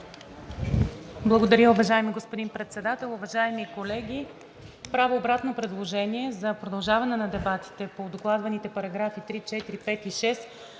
Благодаря, уважаеми господин Председател, уважаеми колеги! Правя обратно предложение за продължаване на дебатите по докладваните параграфи 3, 4, 5 и 6